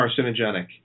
carcinogenic